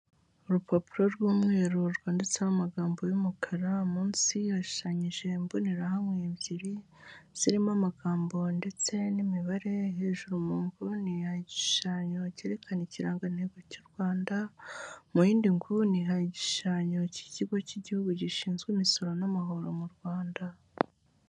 Urupapuro rw'umweru rwanditseho amagambo y'umukara, munsi hashushanyije imbonerahamwe ebyiri zirimo amagambo ndetse n'imibare, hejuru mu nguni hari igishushanyo cyerekana ikirangantego cy'u Rwanda. Mu yindi nguni hari igishushanyo cy'ikigo cy'igihugu gishinzwe imisoro n'amahoro mu Rwanda.